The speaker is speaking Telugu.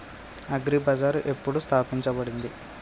అగ్రి బజార్ ఎప్పుడు స్థాపించబడింది?